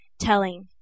telling